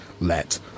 let